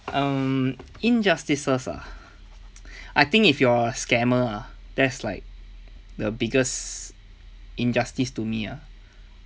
um injustices ah I think if you're scammer ah that's like the biggest injustice to me lah